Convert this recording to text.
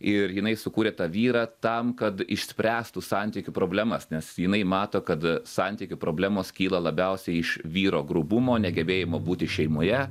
ir jinai sukūrė tą vyrą tam kad išspręstų santykių problemas nes jinai mato kad santykių problemos kyla labiausiai iš vyro grubumo negebėjimo būti šeimoje